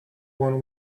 one